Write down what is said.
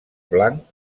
blanc